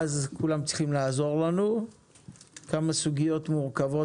יש כמה סוגיות מורכבות,